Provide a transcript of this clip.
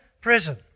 prison